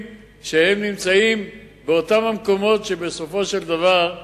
שנמצאים באותם המקומות שבסופו של דבר,